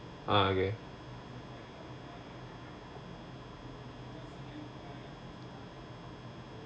uh okay